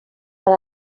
per